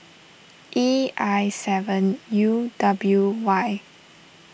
E I seven U W Y